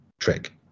trick